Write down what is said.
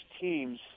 teams